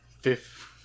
fifth